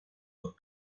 los